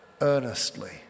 earnestly